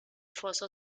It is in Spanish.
foso